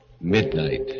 midnight